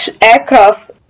aircraft